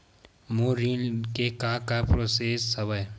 मोर ऋण के का का प्रोसेस हवय?